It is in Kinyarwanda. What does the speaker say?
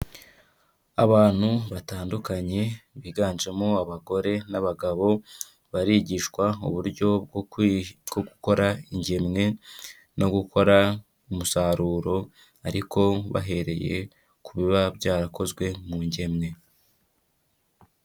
Abantu batandukanye biganjemo abagore n'abagabo barigishwa uburyo gukora ingemwe no gukora umusaruro ariko bahereye ku biba byarakozwe mu ngemwe.